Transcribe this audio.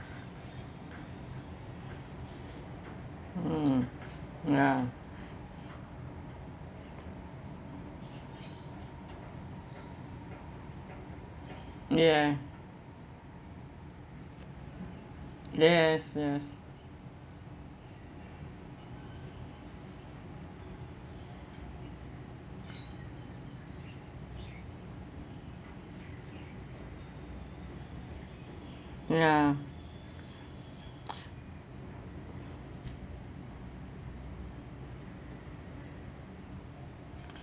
hmm ya ya yes yes ya